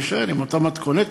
נישאר עם אותה מתכונת.